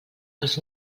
els